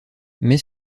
mais